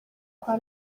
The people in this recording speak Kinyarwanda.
kwa